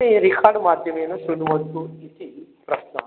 ते रिखार्ड् माध्यमेन शृण्वन्तु इति प्रस्ता